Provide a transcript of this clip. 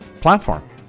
platform